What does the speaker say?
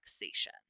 relaxation